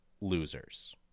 losers